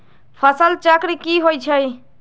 फसल चक्र की होइ छई?